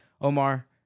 Omar